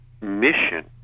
mission